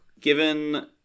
given